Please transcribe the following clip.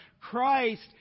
Christ